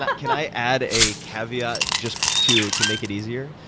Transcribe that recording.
but can i add a caveat just to to make it easier?